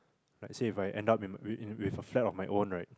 let us say if I ended up in with a flat of my own right